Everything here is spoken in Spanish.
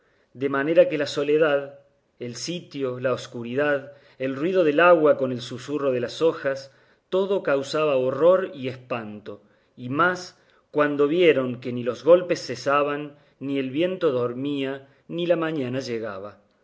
de manera que la soledad el sitio la escuridad el ruido del agua con el susurro de las hojas todo causaba horror y espanto y más cuando vieron que ni los golpes cesaban ni el viento dormía ni la mañana llegaba